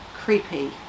creepy